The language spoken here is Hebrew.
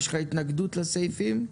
יש לך התנגדות לסעיפים?